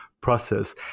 process